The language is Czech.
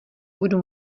budu